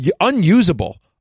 unusable